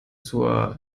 zur